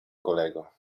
kolego